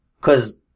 Cause